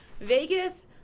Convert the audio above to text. Vegas –